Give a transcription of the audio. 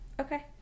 Okay